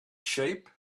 sheep